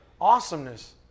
awesomeness